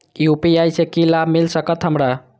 UPI से की लाभ मिल सकत हमरा?